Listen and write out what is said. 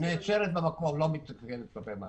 נעצרת במקום, לא מתעדכנת כלפי מטה.